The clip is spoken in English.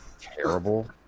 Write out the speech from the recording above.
terrible